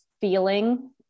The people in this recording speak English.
feeling